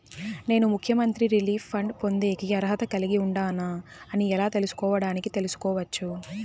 నేను ముఖ్యమంత్రి relief fund పొందేకి అర్హత కలిగి ఉండానా అని ఎలా తెలుసుకోవడానికి తెలుసుకోవచ్చు